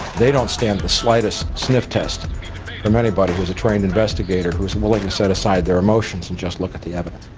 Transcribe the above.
they don't stand the slightest sniff test from anybody who is a trained investigator who is willing to set aside their emotions and just look at the evidence.